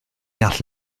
all